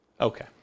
Okay